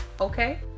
Okay